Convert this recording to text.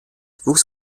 wuchs